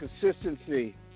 consistency